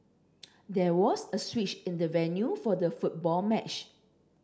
there was a switch in the venue for the football match